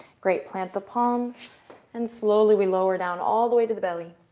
great. plant the palms and slowly we lower down all the way to the belly,